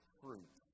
fruit